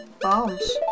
bombs